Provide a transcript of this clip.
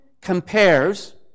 compares